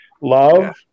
love